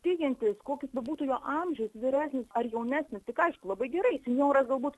tikintis koks bebūtų jo amžius vyresnis ar jaunesnis tik aišku labai gerai senjoras galbūt